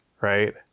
right